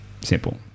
simple